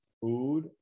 food